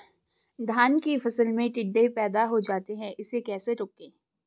धान की फसल में टिड्डे पैदा हो जाते हैं इसे कैसे रोकें?